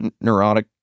neurotic